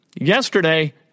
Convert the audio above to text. Yesterday